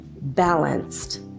balanced